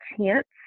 chance